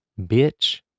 bitch